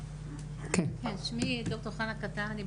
שמי ד"ר חנה קטן,